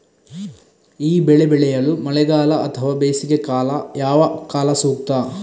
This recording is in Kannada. ಈ ಬೆಳೆ ಬೆಳೆಯಲು ಮಳೆಗಾಲ ಅಥವಾ ಬೇಸಿಗೆಕಾಲ ಯಾವ ಕಾಲ ಸೂಕ್ತ?